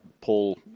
Paul